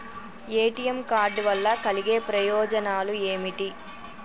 ATM card వల్ల కలిగే ప్రయోజనాలు ఏమిటి?